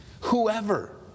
Whoever